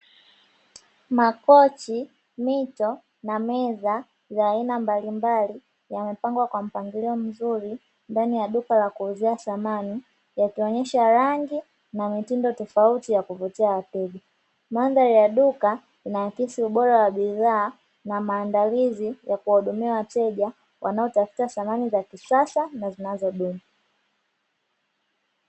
Makochi, mito na meza za aina mbalimbali yamepangwa kwa mpangilio mzuri ndani ya duka la kuuzia samani yakionyesha rangi na mitindo tofauti ya kuvutia wateja, mandhari ya duka inaakisi ubora wa bidhaa na maandalizi ya kuwahudumia wateja wanaotafuta samani za kisasa na zinazodumu.